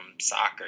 soccer